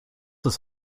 ist